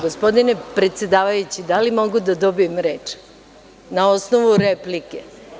Gospodine predsedavajući, da li mogu da dobijem reč na osnovu replike?